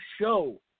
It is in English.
show